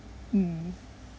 mm